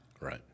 Right